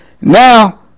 Now